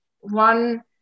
one